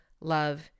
love